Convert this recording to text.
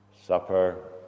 Supper